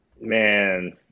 Man